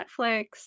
Netflix